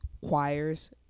choirs